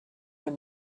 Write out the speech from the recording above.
and